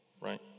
right